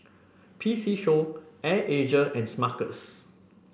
P C Show Air Asia and Smuckers